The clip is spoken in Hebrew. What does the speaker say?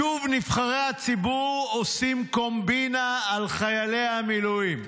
שוב נבחרי הציבור עושים קומבינה על חיילי המילואים'.